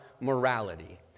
morality